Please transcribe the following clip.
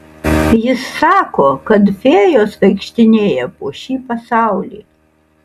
jis sako kad fėjos vaikštinėja po šį pasaulį